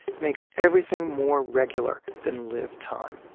makes everything more regular than lived time.